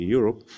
Europe